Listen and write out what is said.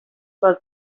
pel